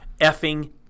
effing